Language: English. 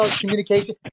communication